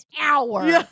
hour